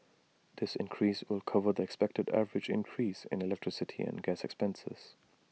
this increase will cover the expected average increase in electricity and gas expenses